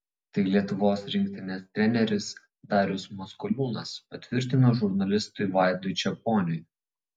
tai lietuvos rinktinės treneris darius maskoliūnas patvirtino žurnalistui vaidui čeponiui